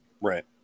Right